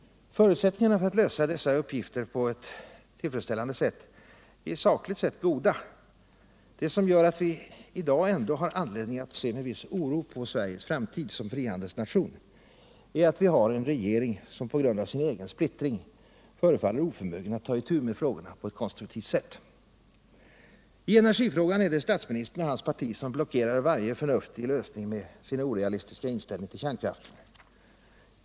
Förutsättningarna för att lösa dessa uppgifter på ett tillfredsställande sätt är sakligt sett goda. Det som gör att vi i dag ändå har anledning att se med viss oro på Sveriges framtid som frihandelsnation är att vi har en regering som på grund av sin egen splittring förefaller oförmögen att ta itu med frågorna på ett konstruktivt sätt. I energifrågan är det statsministern och hans parti som blockerar varje förnuftig lösning med sin orealistiska inställning till kärnkraften.